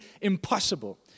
impossible